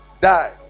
Die